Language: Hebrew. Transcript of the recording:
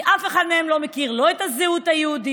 כי אף אחד מהם לא מכיר את הזהות היהודית,